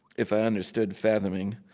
if i understood fathoming,